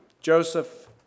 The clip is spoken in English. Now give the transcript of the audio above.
Joseph